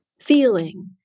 feeling